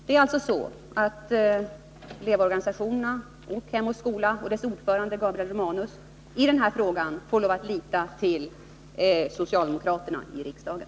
Det är alltså så att elevorganisationerna samt Hem och skola och dess ordförande Gabriel Romanus i denna fråga får lov att lita till socialdemokraterna i riksdagen.